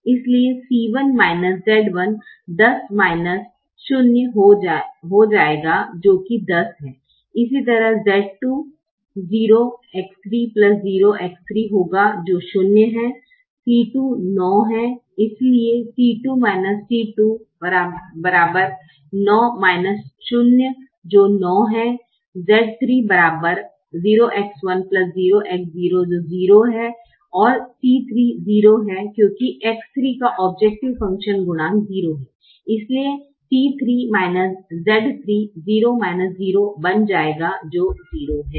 इसलिए C 1 minus z 1 10 0 हो जाएगा जो कि 10 है इसी तरह Z2 होगा जो 0 है C 2 9 है इसलिए C 2 z 2 9 0 जो 9 है z 3 जो 0 है और C 3 0 है क्योंकि X 3 का औब्जैकटिव फ़ंक्शन गुणांक 0 है इसलिए C 3 z 3 बन जाएगा जो 0 है